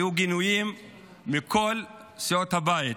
היו גינויים מכל סיעות הבית,